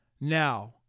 Now